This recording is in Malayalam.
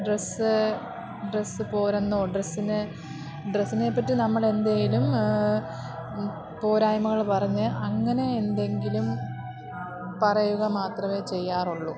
ഡ്രസ്സ് ഡ്രസ്സ് പോരെന്നോ ഡ്രെസ്സിനെ ഡ്രെസ്സിനെ പറ്റി നമ്മളെന്തേലും പോരായ്മകൾ പറഞ്ഞ് അങ്ങനെ എന്തെങ്കിലും പറയുക മാത്രമേ ചെയ്യാറുള്ളു